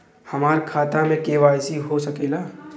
हमार खाता में के.वाइ.सी हो सकेला?